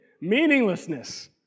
meaninglessness